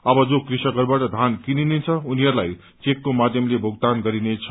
अब जो कृषकहरूबाट धान किनिनेछ उनीहरूलाई चेकको माध्यमले भुक्तान गरिनेछ